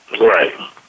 Right